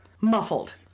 muffled